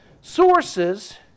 sources